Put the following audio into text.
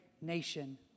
nation